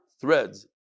threads